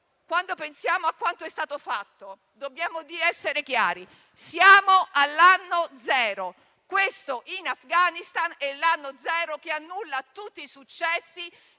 dunque pensiamo a quanto è stato fatto, dobbiamo essere chiari. Siamo all'anno zero: questo in Afghanistan è l'anno zero che annulla tutti i successi